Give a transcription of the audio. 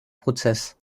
prozess